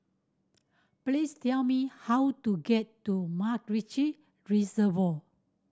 please tell me how to get to MacRitchie Reservoir